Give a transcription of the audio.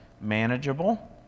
manageable